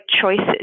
choices